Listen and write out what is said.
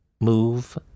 move